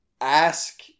ask